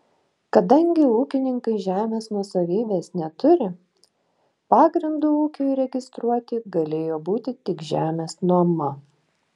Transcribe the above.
kadangi ūkininkai žemės nuosavybės neturi pagrindu ūkiui registruoti galėjo būti tik žemės nuoma